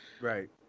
Right